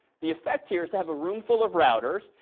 the effect here is to have a room full of routers,